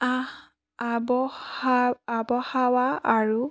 আৰু